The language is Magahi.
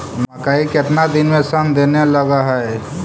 मकइ केतना दिन में शन देने लग है?